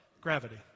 Gravity